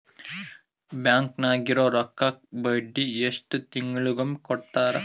Bank ನಾಗಿರೋ ರೊಕ್ಕಕ್ಕ ಬಡ್ಡಿ ಎಷ್ಟು ತಿಂಗಳಿಗೊಮ್ಮೆ ಕೊಡ್ತಾರ?